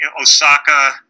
Osaka